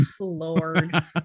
Lord